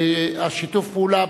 שיתוף הפעולה,